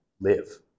live